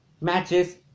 matches